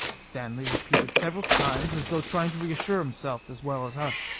stanley, repeated several times as though trying to reassure himself as well as us.